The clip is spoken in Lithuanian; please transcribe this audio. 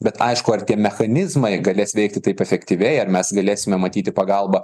bet aišku ar tie mechanizmai galės veikti taip efektyviai ar mes galėsime matyti pagalbą